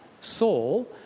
Saul